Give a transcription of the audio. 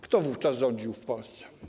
Kto wówczas rządził w Polsce?